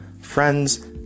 friends